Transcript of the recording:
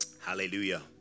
hallelujah